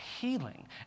healing